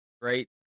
great